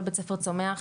כל בית ספר צומח.